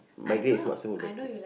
migrate is much more better